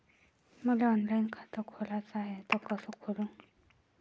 मले ऑनलाईन खातं खोलाचं हाय तर कस खोलू?